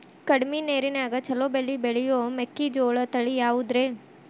ಕಡಮಿ ನೇರಿನ್ಯಾಗಾ ಛಲೋ ಬೆಳಿ ಬೆಳಿಯೋ ಮೆಕ್ಕಿಜೋಳ ತಳಿ ಯಾವುದ್ರೇ?